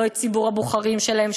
לא את ציבור הבוחרים שלהם,